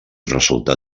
resultar